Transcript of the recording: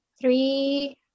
three